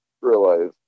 realize